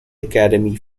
academy